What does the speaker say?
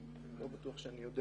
אני לא בטוח שאני יודע